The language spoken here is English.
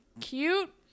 cute